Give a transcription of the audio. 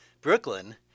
Brooklyn